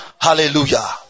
Hallelujah